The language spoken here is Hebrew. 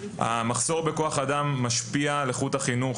המחסור בכוח אדם משפיע על איכות החינוך